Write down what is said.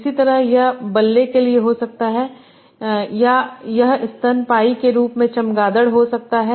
इसी तरह यह बल्ले के लिए हो सकता है या यह स्तनपायी के रूप मेंचमगादड़ हो सकता है